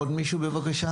עוד מישהו בבקשה?